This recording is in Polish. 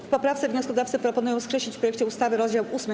W poprawce wnioskodawcy proponują skreślić w projekcie ustawy rozdział 8.